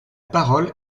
parole